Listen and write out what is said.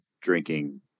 drinking